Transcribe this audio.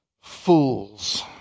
Fools